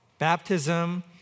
Baptism